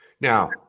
now